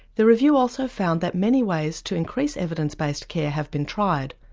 the review also found that many ways to increase evidence based care have been tried,